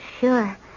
sure